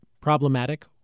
problematic